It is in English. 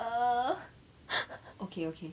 err okay okay